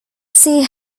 see